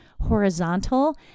horizontal